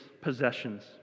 possessions